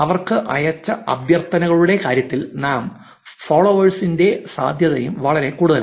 അവർക്ക് അയച്ച അഭ്യർത്ഥനകളുടെ കാര്യത്തിൽ സ്പാം ഫോളോവേഴ്സിന്റെ സാധ്യതയും വളരെ കൂടുതലാണ്